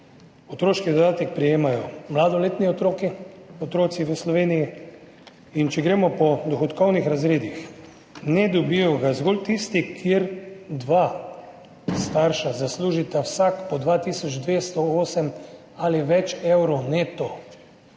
Otroški dodatek prejemajo mladoletni otroci v Sloveniji. Če gremo po dohodkovnih razredih. Dodatka ne dobijo zgolj tisti, kjer dva starša zaslužita vsak po 2 tisoč 208 ali več evrov neto.